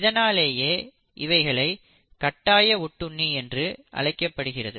இதனாலேயே இவைகள் கட்டாய ஒட்டுண்ணி என்று அழைக்கப்படுகிறது